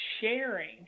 sharing